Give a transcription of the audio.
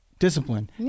discipline